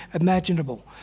imaginable